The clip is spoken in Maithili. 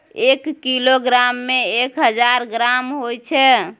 एक किलोग्राम में एक हजार ग्राम होय छै